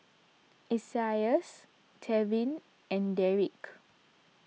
Isaias Tevin and Deric